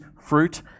fruit